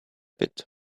bit